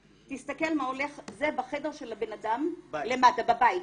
תסתכל מה הולך, זה בחדר של הבן אדם למטה, בבית.